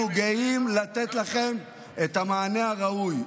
אנחנו גאים לתת לכם את המענה הראוי.